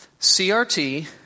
CRT